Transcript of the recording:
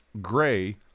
gray